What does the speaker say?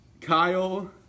Kyle